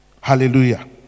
hallelujah